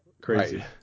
crazy